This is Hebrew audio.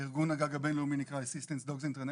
ארגון הגג הבין-לאומי נקרא Assistance Dogs International,